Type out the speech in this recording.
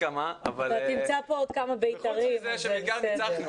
חוץ מזה שניצחנו, זה נראה לי הדבר החשוב.